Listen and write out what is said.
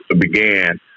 began